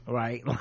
right